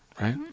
right